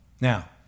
Now